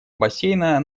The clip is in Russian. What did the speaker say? бассейна